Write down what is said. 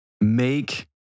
make